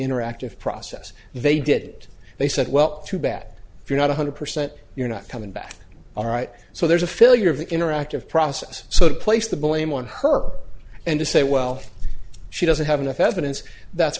interactive process they did they said well too bad you're not one hundred percent you're not coming back all right so there's a failure of the interactive process so to place the blame on her and to say well she doesn't have enough evidence that's